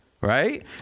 right